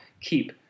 keep